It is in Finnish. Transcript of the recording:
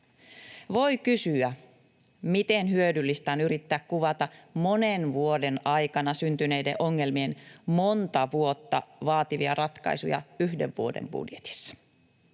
Voi kysyä, miten hyödyllistä on yrittää kuvata monen vuoden aikana syntyneiden ongelmien monta vuotta vaativia ratkaisuja yhden vuoden budjetissa.